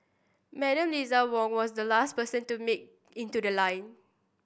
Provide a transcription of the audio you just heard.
Madam Eliza Wong was the last person to make in to the line